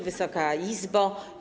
Wysoka Izbo!